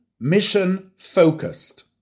mission-focused